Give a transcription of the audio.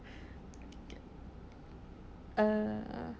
err